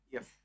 Yes